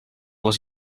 les